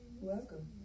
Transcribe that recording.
Welcome